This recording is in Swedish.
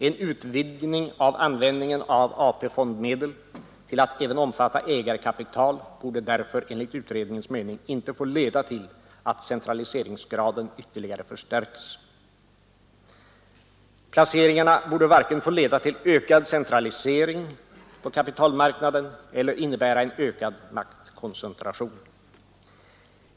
En utvidgning av användningen av AP-fondsmedel till att även omfatta ägarkapital borde därför enligt utredningens mening inte få leda till att centraliseringsgraden ytterligare förstärktes. Placeringarna borde varken få leda till ökad centralisering på kapitalmarknaden eller innebära en ökad maktkoncentration.